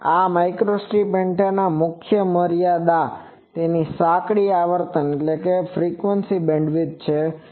આ માઇક્રોસ્ટ્રીપ એન્ટેનાની એક મુખ્ય મર્યાદા તેની સાંકડી આવર્તન બેન્ડવિડ્થ છે